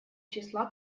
числа